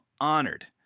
honored